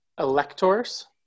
electors